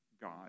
God